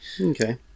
Okay